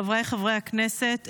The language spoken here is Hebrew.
חבריי חברי הכנסת,